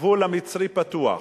הגבול המצרי פתוח,